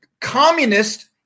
communist